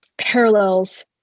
parallels